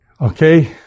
Okay